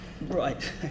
Right